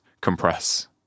compress